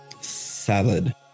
salad